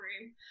room